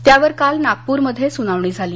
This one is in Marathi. त्यावर काल नागपूरमध्ये सुनावणी झाली